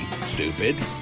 stupid